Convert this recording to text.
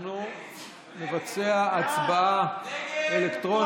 אנחנו נבצע הצבעה אלקטרונית.